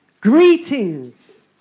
Greetings